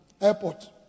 Airport